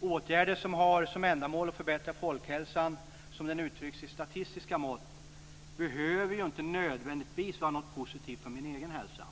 Åtgärder som har som ändamål att förbättra folkhälsan som den uttrycks i statistiska mått behöver ju inte nödvändigtvis vara något positivt för den egna hälsan.